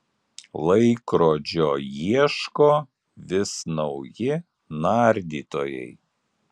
laikrodžio ieško vis nauji nardytojai